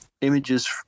images